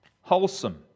wholesome